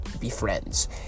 befriends